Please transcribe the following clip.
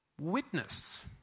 witness